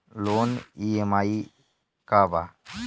Loan EMI का बा?